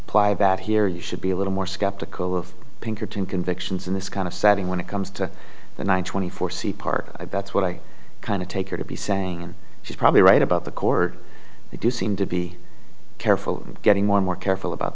apply that here you should be a little more skeptical of pinkerton convictions in this kind of setting when it comes to that one twenty four c part that's what i kind of take her to be saying and she's probably right about the court they do seem to be careful getting more and more careful about